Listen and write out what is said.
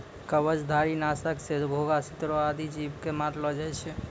कवचधारी? नासक सँ घोघा, सितको आदि जीव क मारलो जाय छै